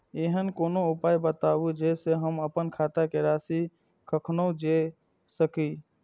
ऐहन कोनो उपाय बताबु जै से हम आपन खाता के राशी कखनो जै सकी?